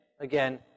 again